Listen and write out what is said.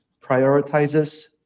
prioritizes